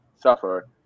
suffer